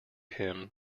him